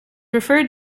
referred